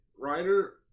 writer